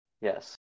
Yes